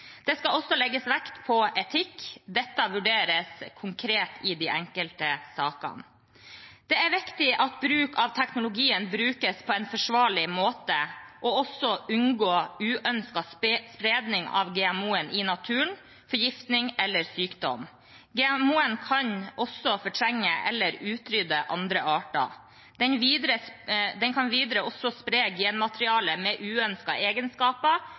Det skal også legges vekt på etikk. Dette vurderes konkret i de enkelte sakene. Det er viktig at teknologien brukes på en forsvarlig måte, og også å unngå uønsket spredning av GMO-en i naturen, forgiftning eller sykdom. GMO-en kan også fortrenge eller utrydde andre arter. Den kan videre også spre genmateriale med uønskede egenskaper, f.eks. motstandsdyktighet mot plantevernmidler eller insektsangrep. Resultatet kan